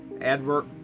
advert